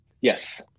Yes